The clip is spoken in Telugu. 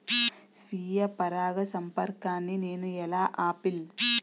స్వీయ పరాగసంపర్కాన్ని నేను ఎలా ఆపిల్?